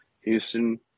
Houston